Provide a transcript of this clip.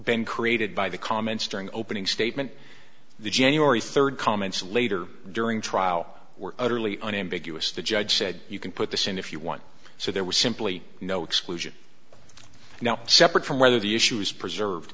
been created by the comments during opening statement the january third comments later during trial were utterly unambiguous the judge said you can put this in if you want so there was simply no exclusion now separate from whether the issue